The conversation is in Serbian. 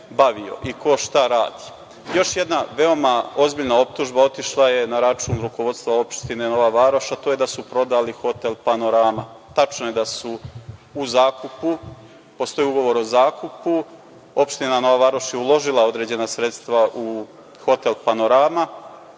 i ko šta radi. Još jedna veoma ozbiljna optužba otišla je na račun rukovodstva opštine Nova Varoš, a to je da su prodali hotel „Panorama“. Tačno je da su u zakupu, postoji ugovor o zakupu. Opština Nova Varoš je uložila određena sredstva u hotel „Panorama“